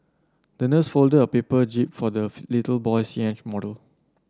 the nurse folded a paper jib for the little boy's yacht model